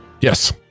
Yes